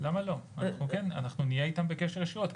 אנחנו נהיה איתם בקשר ישירות.